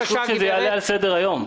חשוב שזה יעלה על סדר היום.